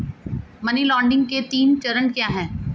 Money laundering के तीन चरण क्या हैं?